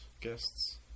guests